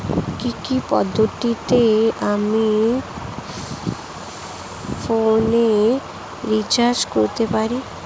কি কি পদ্ধতিতে আমি ফোনে রিচার্জ করতে পারি?